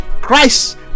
Christ